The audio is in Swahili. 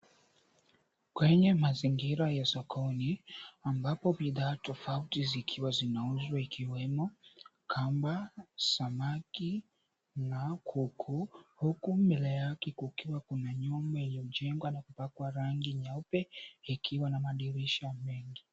Kwenye mazingira ya sokoni ,ambapo bidhaa tofauti zikiwa zinauzwa ikiwemo, kamba, samaki na kuku, huku mbele yake kukiwa kuna nyumba iliyojengwa na kupakwa rangi nyeupe ikiwa na madirisha mengi.